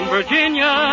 Virginia